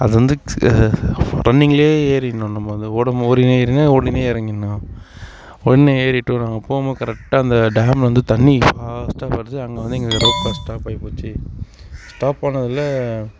அது வந்து க்ஸ் ரன்னிங்லேயே ஏறிறணும் நம்ம அது ஓடும்போது ஓடின்னே ஏறிண்ணும் ஓடின்னே இறங்கிண்ணும் ஓடின்னே ஏறிட்டு நாங்கள் போகும்போது கரெக்டாக அந்த டேம் வந்து தண்ணி ஃபாஸ்டாக வருது அங்க வந்து ரோப் கார் ஸ்டாப் ஆகிப்போச்சு ஸ்டாப் ஆனதில்